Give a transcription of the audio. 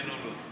כן או לא.